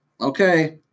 Okay